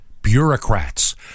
Bureaucrats